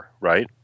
right